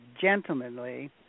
gentlemanly